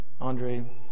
Andre